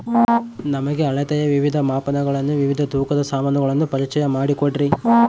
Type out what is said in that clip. ನಮಗೆ ಅಳತೆಯ ವಿವಿಧ ಮಾಪನಗಳನ್ನು ವಿವಿಧ ತೂಕದ ಸಾಮಾನುಗಳನ್ನು ಪರಿಚಯ ಮಾಡಿಕೊಡ್ರಿ?